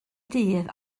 dydd